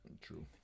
True